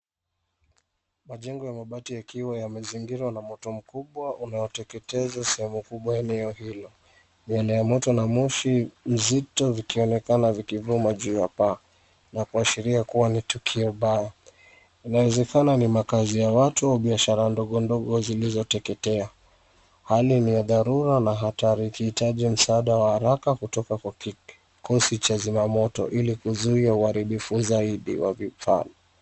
Majengo ya mabati yakiwa yamezingirwa na moto mkubwa unaoteketeza sehemu kubwa ya eneo hilo. Mbele ya moto na moshi mzito vikionekana vikivuma juu ya paa na kuashiria kuwa ni tukio baya. Inawezekana ni makaazi ya watu au biashara ndogo zilizoteketea. Hali ni ya dhaharura na hatari ikiitaji msaada wa haraka kutoka kwa kikosi cha zima moto ili kuzuia uharibifu zahidi wa vifaa.